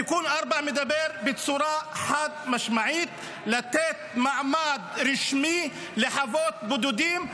תיקון 4 אומר בצורה חד-משמעית לתת מעמד רשמי לחוות בודדים.